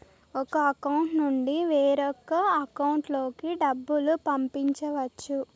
ఒక అకౌంట్ నుండి వేరొక అకౌంట్ లోకి డబ్బులు పంపించవచ్చు